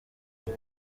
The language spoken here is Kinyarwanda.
ndi